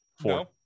four